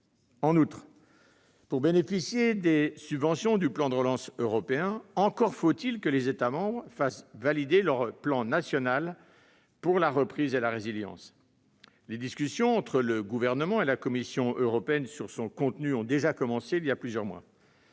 En outre, pour bénéficier des subventions du plan de relance européen, encore faut-il que les États membres fassent valider leur plan national pour la reprise et la résilience. Les discussions entre le Gouvernement et la Commission européenne sur son contenu ont déjà commencé il y a plusieurs mois.